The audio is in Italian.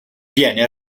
viene